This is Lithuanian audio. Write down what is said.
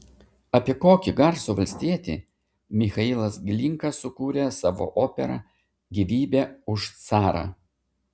apie kokį garsų valstietį michailas glinka sukūrė savo operą gyvybė už carą